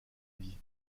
vie